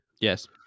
Yes